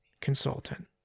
consultant